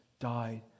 Died